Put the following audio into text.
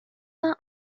are